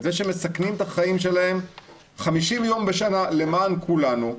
בזה שהם מסכנים את החיים שלהם 50 ימים בשנה למען כולנו,